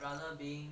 rather being